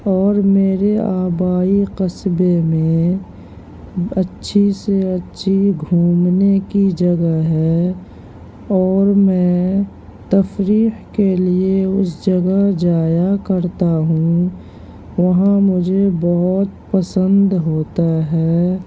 اور میرے آبائی قصبے میں اچھی سی اچھی گھومنے کی جگہ ہے اور میں تفریح کے لیے اس جگہ جایا کرتا ہوں وہاں مجھے بہت پسند ہوتا ہے